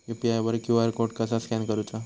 UPI वर QR code कसा scan करूचा?